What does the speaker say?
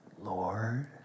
Lord